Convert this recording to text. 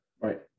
Right